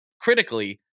critically